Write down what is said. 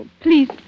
Please